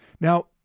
Now